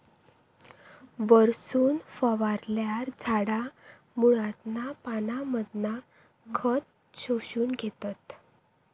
वरसून फवारल्यार झाडा मुळांतना पानांमधना खत शोषून घेतत